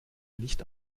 nicht